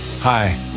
Hi